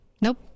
Nope